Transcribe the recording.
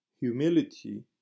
Humility